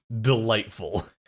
delightful